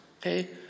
okay